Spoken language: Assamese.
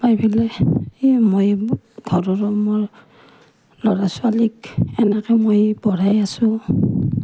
পাই পেলাই এই মই ঘৰত মোৰ ল'ৰা ছোৱালীক এনেকৈ মই পঢ়াই আছোঁ